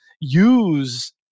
use